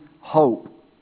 hope